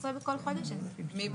ה' בחשוון תשפ"ב,